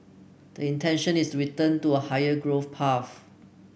the intention is return to a higher growth path